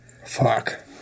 Fuck